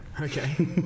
okay